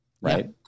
right